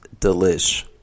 delish